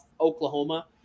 Oklahoma